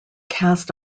cast